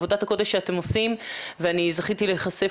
עבודת הקודש שאתם עושים וזכיתי להיחשף